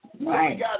Right